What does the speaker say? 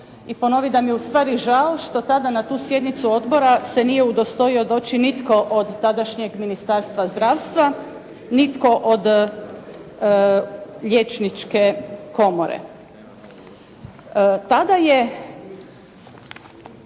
i ponoviti da mi je ustvari žao što tada na tu sjednicu odbora se nije udostojio doći nitko od tadašnjeg Ministarstva zdravstva, nitko od Liječničke komore. Tada je,